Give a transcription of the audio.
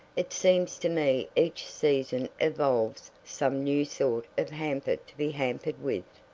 it seems to me each season evolves some new sort of hamper to be hampered with.